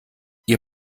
ihr